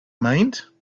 mind